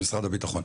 ממשרד הביטחון.